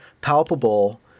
palpable